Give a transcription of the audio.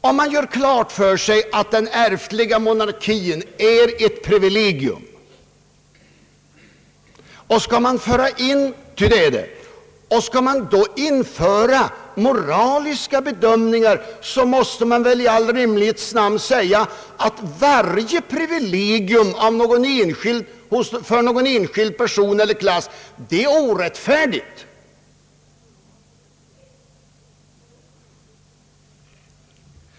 Om man gör klart för sig att den ärftliga monarkin är ett privilegium — ty det är den — och man skall införa moraliska bedömningar, måste man väl i all rimlighets namn säga att varje privilegium för någon enskild person eller klass är orättfärdigt.